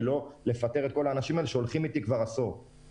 לא לפטר את העובדים שהולכים איתם הרבה שנים.